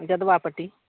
जदवा पट्टी